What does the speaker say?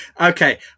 Okay